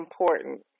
important